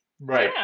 Right